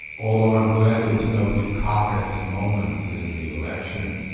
although i'm glad there was no dukakis moment in the election,